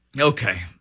Okay